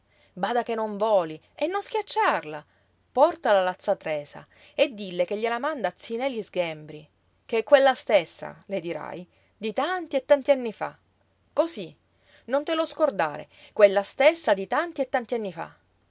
bada che non voli e non schiacciarla portala alla z tresa e dille che gliela manda zi neli sghembri che è quella stessa le dirai di tanti e tanti anni fa cosí non te lo scordare quella stessa di tanti e tanti anni fa